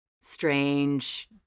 strange